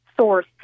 source